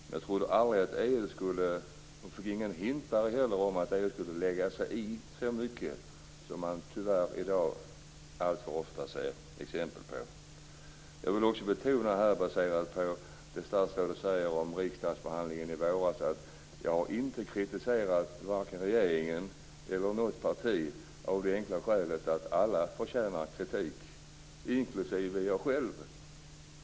Men jag trodde aldrig att EU skulle lägga sig i så mycket som man i dag tyvärr alltför ofta ser exempel på. När det gäller det som statsrådet sade om riksdagsbehandlingen i våras vill jag också betona att jag inte har kritiserat vare sig regeringen eller något parti av det enkla skälet att alla förtjänar kritik, inklusive jag själv.